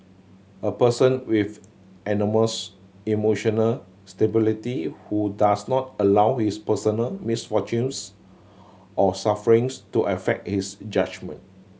a person with enormous emotional stability who does not allow his personal misfortunes or sufferings to affect his judgement